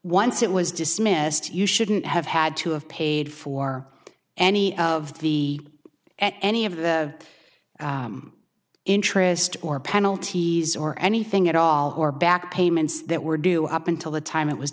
once it was dismissed you shouldn't have had to have paid for any of the at any of the interest or penalties or anything at all or back payments that were due up until the time it was